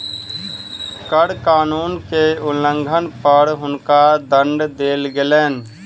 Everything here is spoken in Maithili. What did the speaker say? कर कानून के उल्लंघन पर हुनका दंड देल गेलैन